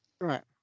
Right